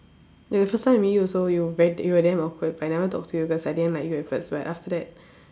the first time I meet you also you ve~ you were damn awkward but I never talk to you cause I didn't like you at first but after that